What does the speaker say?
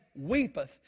weepeth